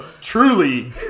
truly